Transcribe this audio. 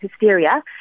hysteria